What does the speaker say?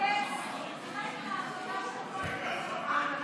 מכיוון שבעיתונות